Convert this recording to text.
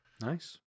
Nice